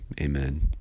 amen